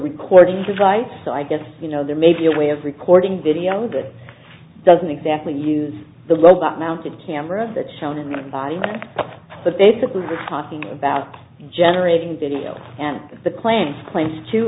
recording device so i guess you know there may be a way of recording video that doesn't exactly use the robot mounted cameras that shown in the body but basically we're talking about generating video and the claims claims t